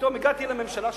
פתאום הגעתי לממשלה שלי,